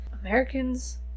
Americans